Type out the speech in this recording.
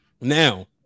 Now